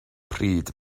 pryd